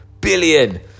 billion